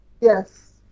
Yes